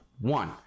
One